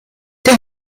der